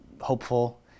hopeful